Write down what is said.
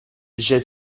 j’ai